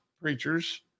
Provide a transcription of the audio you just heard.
preachers